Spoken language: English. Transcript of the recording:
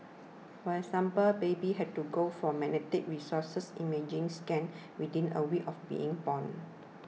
for example babies had to go for magnetic resonance imaging scans within a week of being born